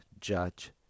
judge